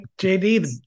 jd